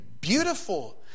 beautiful